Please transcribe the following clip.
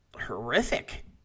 horrific